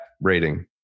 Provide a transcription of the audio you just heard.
rating